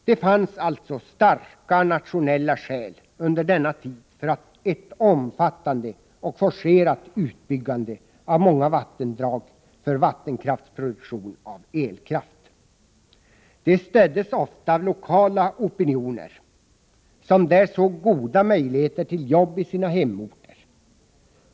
Det fanns alltså starka nationella skäl för ett omfattande och forcerat utbyggande av många vattendrag för vattenkraftsproduktion av elkraft. De stöddes ofta av lokala opinioner, som där såg goda möjligheter till jobb i sina hemorter.